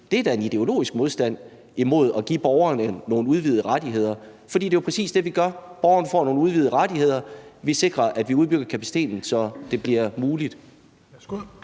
Det er da en ideologisk modstand imod at give borgerne nogle udvidede rettigheder. For det er jo præcis det, vi gør: Borgerne får nogle udvidede rettigheder, og vi sikrer, at vi udbygger kapaciteten, så det bliver muligt